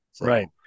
Right